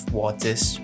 waters